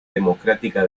democrática